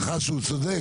בהנחה שהוא צודק,